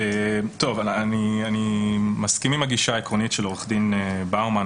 אני מסכים עם הגישה העקרונית של עורך דין באומן.